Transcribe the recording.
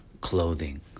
clothing